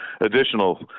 additional